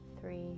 three